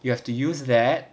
you have to use that